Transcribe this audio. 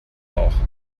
auch